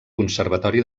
conservatori